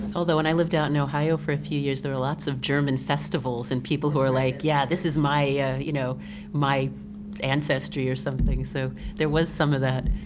although, when i lived out in ohio for a few years, there were lots of german festivals and people who were like, yeah this is my you know my ancestry or something, so there was some of that.